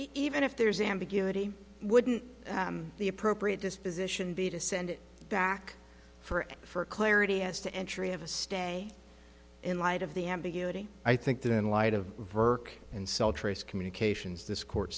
even if there's ambiguity wouldn't the appropriate disposition be to send it back for and for clarity as to entry of a stay in light of the ambiguity i think that in light of virk and sell trace communications this court